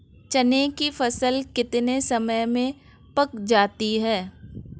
चने की फसल कितने समय में पक जाती है?